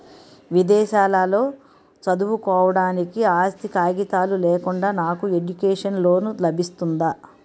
విదేశాలలో చదువుకోవడానికి ఆస్తి కాగితాలు లేకుండా నాకు ఎడ్యుకేషన్ లోన్ లబిస్తుందా?